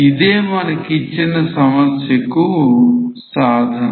ఇదే మనకిచ్చిన సమస్యకు సాధన